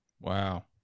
Wow